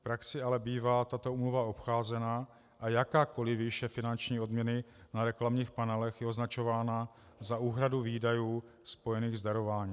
V praxi ale bývá tato úmluva obcházena a jakákoli výše finanční odměny na reklamních panelech je označována za úhradu výdajů spojených s darováním.